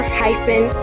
hyphen